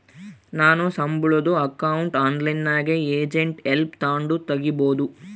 ನಾವು ಸಂಬುಳುದ್ ಅಕೌಂಟ್ನ ಆನ್ಲೈನ್ನಾಗೆ ಏಜೆಂಟ್ ಹೆಲ್ಪ್ ತಾಂಡು ತಗೀಬೋದು